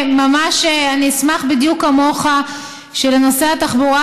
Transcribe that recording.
אני אשמח בדיוק כמוך שלנוסעי התחבורה